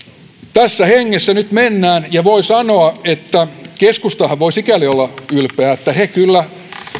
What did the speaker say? tässä hengessä nyt mennään ja voi sanoa että keskustahan voi sikäli olla ylpeä että he kyllä